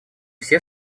все